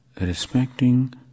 respecting